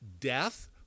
Death